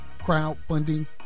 Crowdfunding